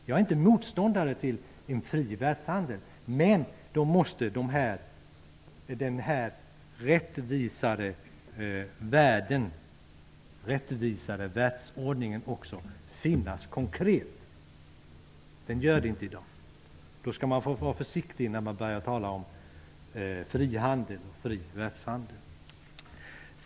Jag är inte motståndare till en fri världshandel, men en förutsättning är att den rättvisare världsordningen är konkret. Man skall vara försiktig när man i dag talar om frihandel och fri världshandel.